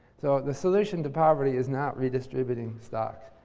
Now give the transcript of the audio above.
so, the solution to poverty is not redistributing stocks.